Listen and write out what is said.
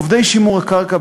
עובדי שימור הקרקע,